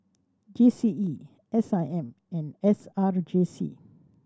G C E S I M and S R J C